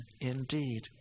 indeed